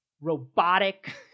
robotic